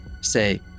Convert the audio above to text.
Say